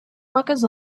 workers